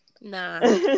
Nah